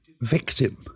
victim